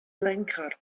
lenkrad